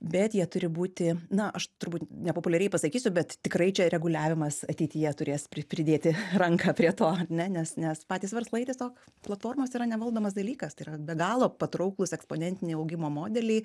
bet jie turi būti na aš turbūt nepopuliariai pasakysiu bet tikrai čia reguliavimas ateityje turės pri pridėti ranką prie to ar ne nes nes patys verslai tiesiog platformos yra nevaldomas dalykas tai yra be galo patrauklūs eksponentiniai augimo modeliai